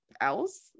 else